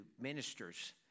ministers